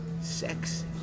Sex